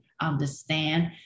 understand